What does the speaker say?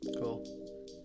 Cool